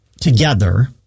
together